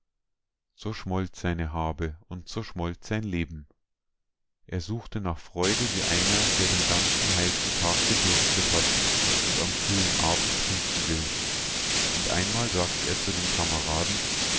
so schmolz seine habe und so schmolz sein leben er suchte nach freude wie einer der den ganzen heißen tag gedurstet hat und am kühlen abend trinken will und einmal sagte er zu den kameraden